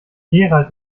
gerald